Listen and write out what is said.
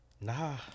nah